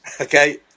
Okay